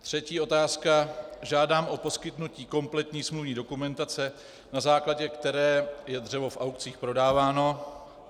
Třetí otázka, žádám o poskytnutí kompletní smluvní dokumentace, na základě které je dřevo v aukcích prodáváno.